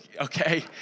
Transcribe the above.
okay